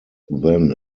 then